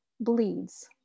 bleeds